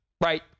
right